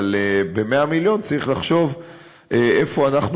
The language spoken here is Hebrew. אבל ב-100 מיליון צריך לחשוב איפה אנחנו